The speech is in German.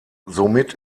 somit